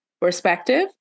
perspective